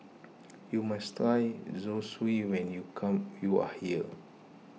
you must try Zosui when you come you are here